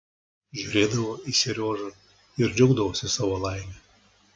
žiūrėdavo į seriožą ir džiaugdavosi savo laime